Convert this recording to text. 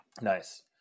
Nice